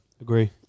agree